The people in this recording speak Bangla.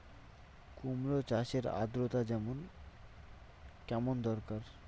কুমড়ো চাষের আর্দ্রতা কেমন দরকার?